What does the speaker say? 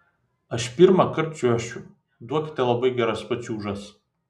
aš pirmąkart čiuošiu duokite labai geras pačiūžas